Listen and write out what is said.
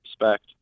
respect